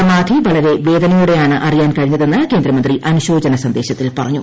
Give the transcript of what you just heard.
സമാധി വളരെ വേദനയോടെയാണ് അറിയാൻ കഴിഞ്ഞതെന്ന് കേന്ദ്രമന്ത്രി അനുശോചന സന്ദേശത്തിൽ പറഞ്ഞു